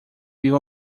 viu